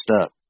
up